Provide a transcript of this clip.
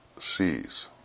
sees